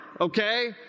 okay